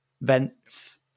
vents